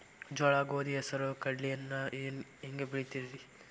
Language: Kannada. ಜೋಳ, ಗೋಧಿ, ಹೆಸರು, ಕಡ್ಲಿಯನ್ನ ನೇವು ಹೆಂಗ್ ಬೆಳಿತಿರಿ?